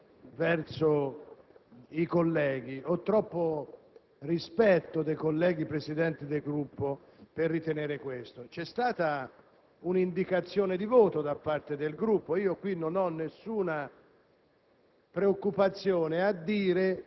dei Presidenti di Gruppo verso i colleghi. Ho troppo rispetto dei colleghi Presidenti di Gruppo per ritenerlo. C'è stata un'indicazione di voto da parte del Gruppo. Non ho nessuna